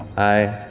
aye,